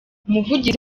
umuvugizi